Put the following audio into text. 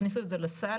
הכניסו את זה לסל,